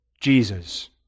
Jesus